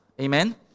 Amen